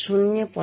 5 किंवा 0